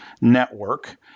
network